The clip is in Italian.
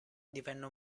divenne